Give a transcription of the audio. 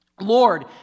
Lord